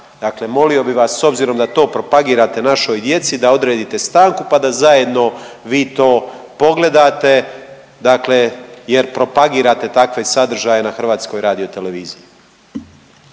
Dakle molio bih vas, s obzirom da to propagirate našoj djeci, da odredite stanku pa da zajedno vi to pogledate, dakle jer propagirate takve sadržaje na HRT-u. **Reiner,